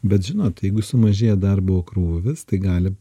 bet žinot jeigu sumažėja darbo krūvis tai gali